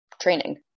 training